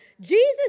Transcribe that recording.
Jesus